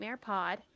Pod